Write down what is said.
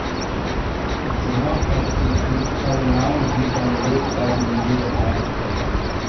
जमा पर्ची तुम ऑनलाइन ही डाउनलोड कर लियह